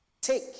take